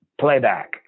playback